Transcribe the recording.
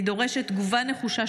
אני דורשת תגובה נחושה,